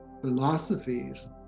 philosophies